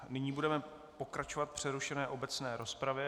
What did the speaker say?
Nyní budeme pokračovat v přerušené obecné rozpravě.